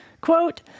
Quote